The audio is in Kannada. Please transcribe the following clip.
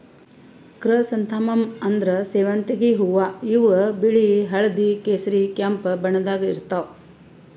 ಕ್ರ್ಯಸಂಥಾಮಮ್ ಅಂದ್ರ ಸೇವಂತಿಗ್ ಹೂವಾ ಇವ್ ಬಿಳಿ ಹಳ್ದಿ ಕೇಸರಿ ಕೆಂಪ್ ಬಣ್ಣದಾಗ್ ಇರ್ತವ್